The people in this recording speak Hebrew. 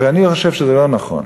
ואני חושב שזה לא נכון.